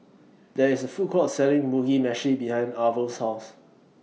There IS A Food Court Selling Mugi Meshi behind Arvel's House